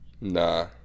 Nah